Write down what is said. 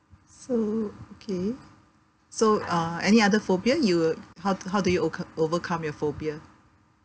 so okay so uh any other phobia you uh how d~ how do you ocer~ overcome your phobia